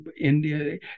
India